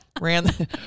Ran